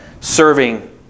serving